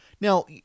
Now